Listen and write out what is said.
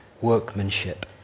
workmanship